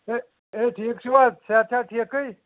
ہے ہے ٹھیک چھُو حظ صحت چھِ حظ ٹھیکھٕے